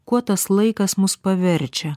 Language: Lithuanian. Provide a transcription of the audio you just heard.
kuo tas laikas mus paverčia